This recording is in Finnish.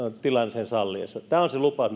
tilan sen salliessa tämä on siis se lupaus